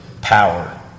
power